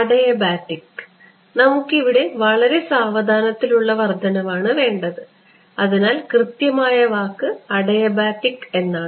adiabatic നമുക്കിവിടെ വളരെ സാവധാനത്തിലുള്ള വർധനവാണ് വേണ്ടത് അതിനാൽ കൃത്യമായ വാക്ക് അഡിയാബാറ്റിക് എന്നാണ്